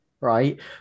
right